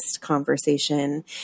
conversation